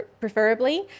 preferably